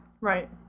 Right